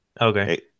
Okay